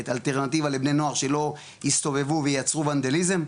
אלטרנטיבה לבני נוער שלא יסתובבו וייצרו וונדליזם,